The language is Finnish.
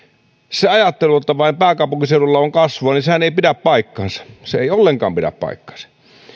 se ajatteluhan että vain pääkaupunkiseudulla on kasvua ei pidä paikkaansa se ei ollenkaan pidä paikkaansa